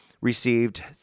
received